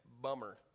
Bummer